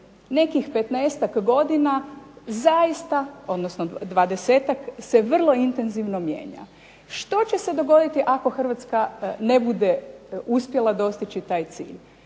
nekih 15-tak, odnosno 20-tak se vrlo intenzivno mijenja. Što će se dogoditi ako Hrvatska ne bude uspjela dostići taj cilj?